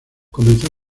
comenzó